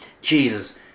Jesus